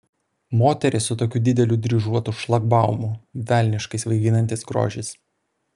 moteris su tokiu dideliu dryžuotu šlagbaumu velniškai svaiginantis grožis